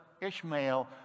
Ishmael